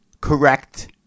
correct